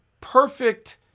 perfect